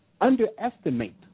underestimate